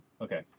Okay